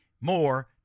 more